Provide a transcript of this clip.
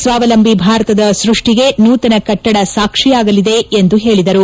ಸ್ವಾವಲಂಬಿ ಭಾರತದ ಸೃಷ್ಷಿಗೆ ನೂತನ ಕಟ್ಟಡ ಸಾಕ್ಷಿಯಾಗಲಿದೆ ಎಂದು ಹೇಳಿದರು